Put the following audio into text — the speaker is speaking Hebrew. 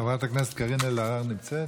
חברת הכנסת קארין אלהרר נמצאת?